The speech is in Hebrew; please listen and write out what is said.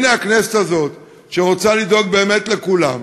והנה, הכנסת הזאת, שרוצה לדאוג באמת לכולם,